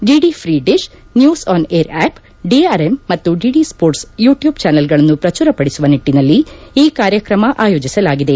DD free dish news on air app DRM ಮತ್ತು DD sports YouTube ಚಾನಲ್ಗಳನ್ನು ಪ್ರಚುರಪಡಿಸುವ ನಿಟ್ಟನಲ್ಲಿ ಈ ಕಾರ್ಯಕ್ರಮ ಆಯೋಜಿಸಲಾಗಿದೆ